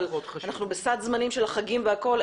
אבל אנחנו בסד זמנים של החגים והכול,